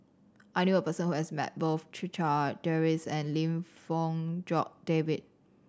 I knew a person who has met both Checha Davies and Lim Fong Jock David